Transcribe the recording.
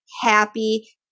happy